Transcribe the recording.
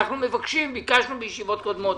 אנחנו מבקשים, ביקשנו בישיבות קודמות.